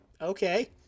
okay